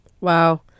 Wow